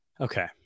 Okay